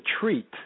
treat